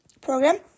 program